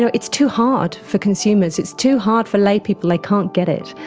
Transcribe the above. so it's too hard for consumers, it's too hard for laypeople, they can't get it.